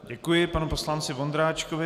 Děkuji panu poslanci Vondráčkovi.